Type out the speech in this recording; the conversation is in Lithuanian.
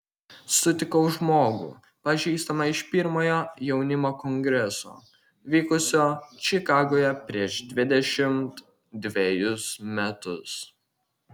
sutikau žmogų pažįstamą iš pirmojo jaunimo kongreso vykusio čikagoje prieš dvidešimt dvejus metus